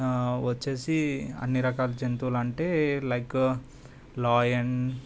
వచ్చేసి అన్ని రకాల జంతువులంటే లైక్ లయన్